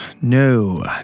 No